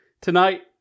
Tonight